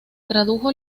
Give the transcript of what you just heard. tradujo